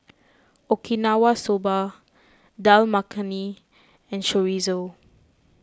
Okinawa Soba Dal Makhani and Chorizo